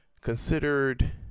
considered